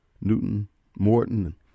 Newton-Morton